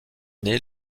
née